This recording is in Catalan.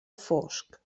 fosc